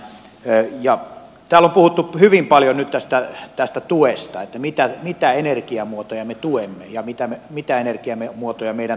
täällä on puhuttu hyvin paljon nyt tästä tuesta että mitä energiamuotoja me tuemme ja mitä energiamuotoja meidän pitää tukea